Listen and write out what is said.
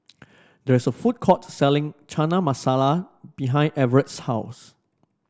there is a food court selling Chana Masala behind Everett's house